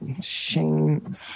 shame